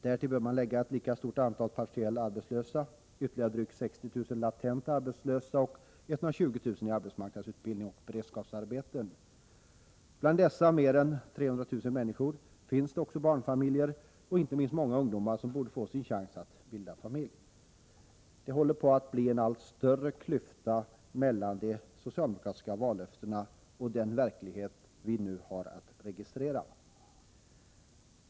Därtill bör man lägga ett lika stort antal partiellt arbetslösa, ytterligare drygt 60000 latent arbetslösa och 120000 i arbetsmarknadsutbildning och beredskapsarbeten. Bland dessa mer än 300000 människor finns också barnfamiljer och inte minst många ungdomar som borde få sin chans att bilda familj. Det håller på att bli en allt större klyfta mellan de socialdemokratiska vallöftena och den verklighet vi nu kan registrera.